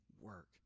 work